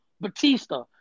Batista